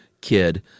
kid